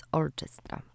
orchestra